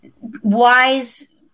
wise